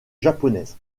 japonaise